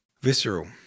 Visceral